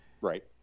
Right